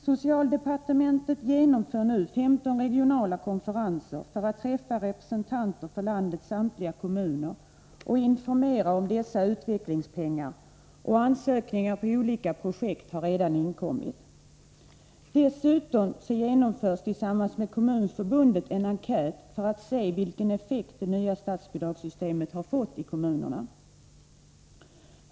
Socialdepartementet genomför nu 15 regionala konferenser för att träffa representanter för landets samtliga kommuner och informera om dessa utvecklingspengar, och ansökningar rörande olika projekt har redan inkommit. Dessutom genomförs tillsammans med Kommunförbundet en enkät för att se vilken effekt det nya statsbidragssystemet har fått i kommunerna.